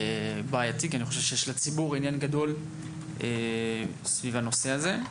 בעייתי כי אני חושב יש לציבור עניין גדול סביב הנושא הזה.